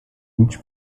each